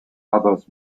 others